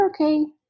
okay